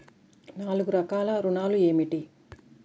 నాలుగు రకాల ఋణాలు ఏమిటీ?